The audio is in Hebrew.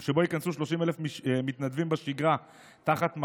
שבו ייכנסו 30,000 מתנדבים בשגרה תחת מג"ב.